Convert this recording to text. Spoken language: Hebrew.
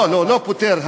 לא, לא פוטר.